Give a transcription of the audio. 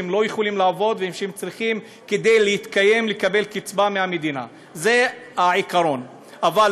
שהם לא יכולים לעבוד וכדי להתקיים הם צריכים לקבל קצבה מהמדינה.